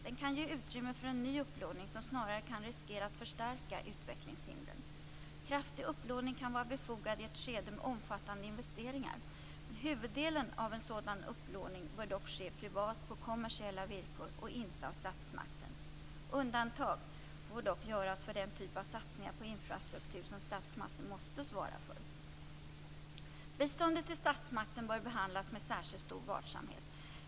Den kan ge utrymme för en ny upplåning som snarare kan riskera att förstärka utvecklingshindren. Kraftig upplåning kan vara befogad i ett skede med omfattande investeringar. Huvuddelen av en sådan upplåning bör dock ske privat på kommersiella villkor, och inte av statsmakten. Undantag får dock göras för den typ av satsningar på infrastruktur som statsmakten måste svara för. Biståndet till statsmakten bör behandlas med särskilt stor varsamhet.